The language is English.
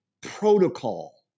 protocol